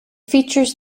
features